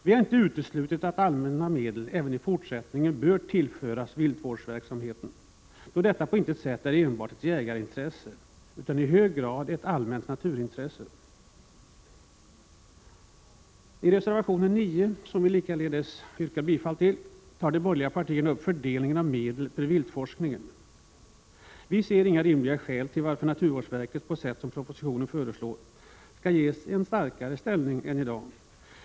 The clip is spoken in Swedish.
Vi har inte uteslutit att allmänna medel även i fortsättningen bör tillföras viltvårdsverksamheten då detta på intet sätt är enbart ett jägarintresse utan i hög grad ett allmänt naturintresse. I reservation 9, som jag likaledes yrkar bifall till, tar de borgerliga partierna upp fördelningen av medel för viltforskningen. Vi ser inga rimliga skäl till att naturvårdsverket på det sätt som propositionen föreslår skall ges en starkare ställning än i dag.